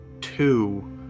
two